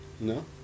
No